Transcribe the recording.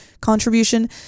contribution